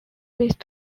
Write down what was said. these